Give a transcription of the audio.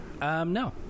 No